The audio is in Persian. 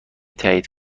تایید